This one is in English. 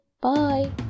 Bye